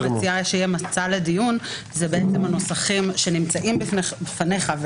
מה שאני מציעה כמצע לדיון זה הנוסחים שנמצאים בפניך,